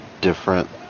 different